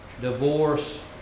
Divorce